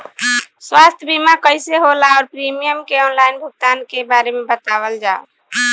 स्वास्थ्य बीमा कइसे होला और प्रीमियम के आनलाइन भुगतान के बारे में बतावल जाव?